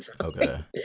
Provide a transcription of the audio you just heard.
Okay